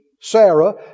Sarah